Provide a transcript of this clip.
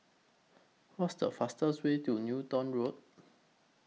What's The fastest Way to Newton Road